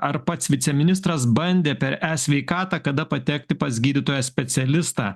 ar pats viceministras bandė per e sveikatą kada patekti pas gydytoją specialistą